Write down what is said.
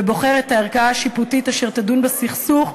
בוחר את הערכאה השיפוטית אשר תדון בסכסוך.